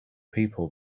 people